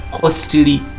costly